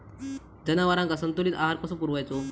जनावरांका संतुलित आहार कसो पुरवायचो?